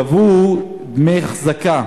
לא רק שלא תיקנו את התקלה, גם גבו דמי אחזקה